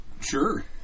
Sure